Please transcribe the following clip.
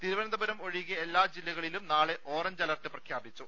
തിരുവനന്തപുരം ഒഴികെ എല്ലാ ജില്ലകളിലും നാളെ ഓറഞ്ച് അലർട്ട് പ്രഖ്യാപിച്ചു